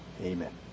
amen